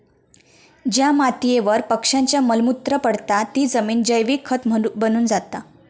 ज्या मातीयेवर पक्ष्यांचा मल मूत्र पडता ती जमिन जैविक खत बनून जाता